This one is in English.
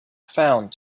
found